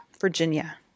Virginia